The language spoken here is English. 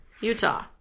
Utah